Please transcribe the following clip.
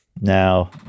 now